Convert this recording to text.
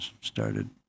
started